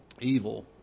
Evil